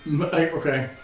Okay